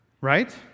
right